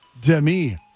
Demi